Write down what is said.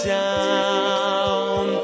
down